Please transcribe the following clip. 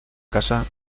casa